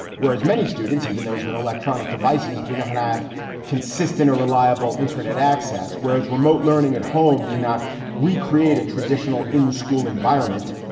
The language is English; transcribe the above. whereas many students, even those with electronic devices, do not have consistent or reliable internet access, whereas remote learning at home cannot recreate a traditional in the school environment,